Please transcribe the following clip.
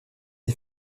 les